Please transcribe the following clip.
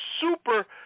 super